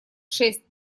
шесть